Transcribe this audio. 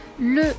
Le